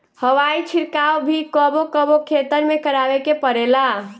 हवाई छिड़काव भी कबो कबो खेतन में करावे के पड़ेला